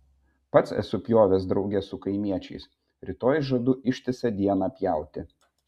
pats esu pjovęs drauge su kaimiečiais rytoj žadu ištisą dieną pjauti